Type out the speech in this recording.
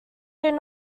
did